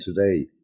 today